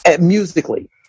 musically